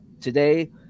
Today